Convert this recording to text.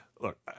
look